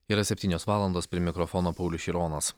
yra septynios valandos prie mikrofono paulius šironas